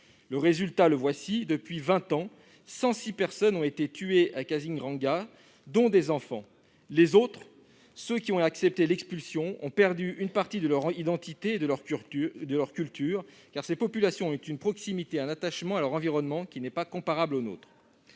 ... Résultat, depuis vingt ans, 106 personnes ont été tuées à Kaziranga, dont des enfants. Les autres, ceux qui ont accepté l'expulsion, ont perdu une partie de leur identité et de leur culture, car ces populations ont une proximité et un attachement à leur environnement qui n'est pas comparable au nôtre.